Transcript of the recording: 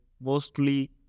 mostly